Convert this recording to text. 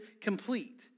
complete